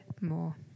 more